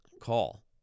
call